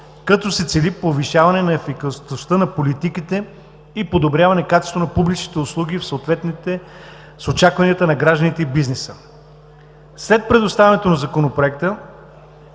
като се цели повишаване на ефикасността на политиките и подобряване качеството на публичните услуги в съответствие с очакванията на гражданите и бизнеса. След представянето на Законопроекта